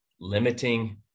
limiting